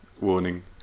warning